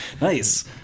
nice